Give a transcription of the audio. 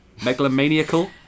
Megalomaniacal